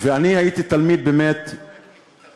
ואני הייתי תלמיד לא מצטיין,